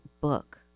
book